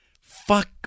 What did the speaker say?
Fuck